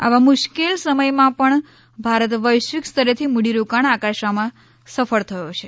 આવા મુશ્કેલ સમયમાં પણ ભારત વૈશ્વિકસ્તરેથી મૂડીરોકાણ આકર્ષવામાં સફળ થયો છે